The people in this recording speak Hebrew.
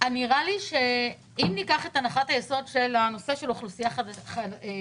נראה לי שאם ניקח את הנחת היסוד של הנושא של אוכלוסייה חזקה,